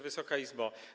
Wysoka Izbo!